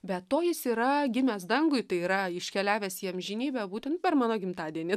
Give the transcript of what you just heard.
be to jis yra gimęs dangui tai yra iškeliavęs į amžinybę būtent per mano gimtadienį